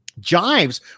jives